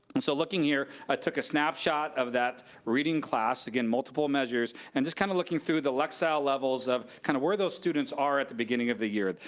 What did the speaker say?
and so looking here, i took a snapshot of that reading class, again, multiple measures, and just kind of looking through the lexile levels of kind of where those students are at the beginning of the year.